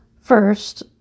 First